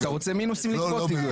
אתה רוצה לגבות מינוסים תגבה.